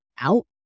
out